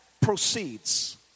proceeds